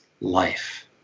life